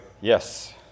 Yes